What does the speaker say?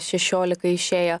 šešiolika išėję